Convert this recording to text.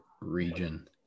region